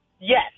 Yes